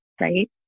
right